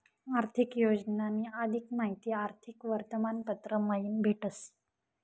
आर्थिक योजनानी अधिक माहिती आर्थिक वर्तमानपत्र मयीन भेटस